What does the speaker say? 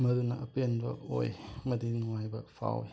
ꯃꯗꯨꯅ ꯑꯄꯦꯟꯕ ꯑꯣꯏ ꯑꯃꯗꯤ ꯅꯨꯡꯉꯥꯏꯕ ꯐꯥꯎꯏ